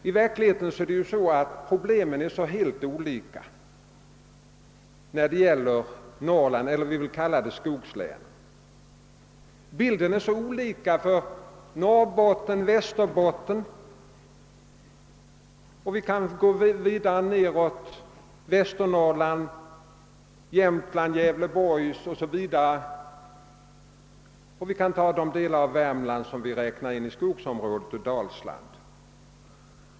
I verkligheten är problemen helt olika i de skilda skogslänen, i Norrbotten, Västerbotten och — om vi skall gå vidare nedåt — Västernorrland, Jämtland, Gävleborg, de delar av Värmland som vi räknar in i skogsområdet och Dalsland.